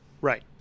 Right